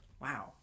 Wow